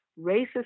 racist